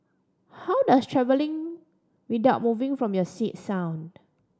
how does travelling without moving from your seat sound